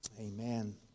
Amen